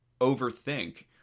overthink